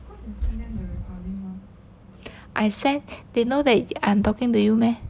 I send they know that I'm talking to you meh